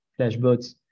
FlashBots